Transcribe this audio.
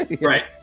Right